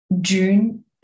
June